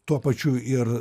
tuo pačiu ir